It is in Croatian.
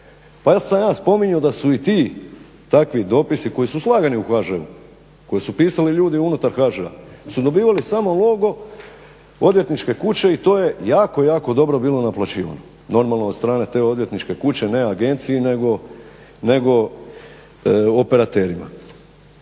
Pa sam ja spominjao da su i ti takvi dopisi koji su slagani u HŽ-u, koji su pisali ljudi unutar HŽ-a, su dobivali samo logo odvjetničke kuće, i to je jako, jako dobro bilo naplaćivano, normalno od strane te odvjetničke kuće, ne agenciji, nego operaterima.